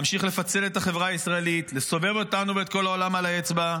להמשיך לפצל את החברה הישראלית ולסובב אותנו ואת כל העולם על האצבע.